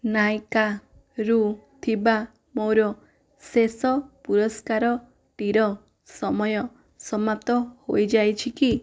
ନାଇକାରୁ ଥିବା ମୋ'ର ଶେଷ ପୁରସ୍କାରଟିର ସମୟ ସମାପ୍ତ ହୋଇଯାଇଛି କି